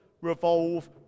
revolve